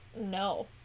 No